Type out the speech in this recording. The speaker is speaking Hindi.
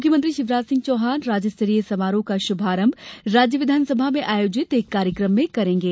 मुख्यमंत्री शिवराज सिंह चौहान राज्यस्तरीय समारोह का शुभारंभ राज्य विधानसभा में आयोजित एक कार्यक्रम में करेगे